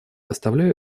оставляю